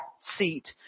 seat